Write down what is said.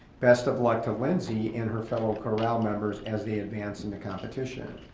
best of luck to lindsey and her fellow corral members as they advance in the competition.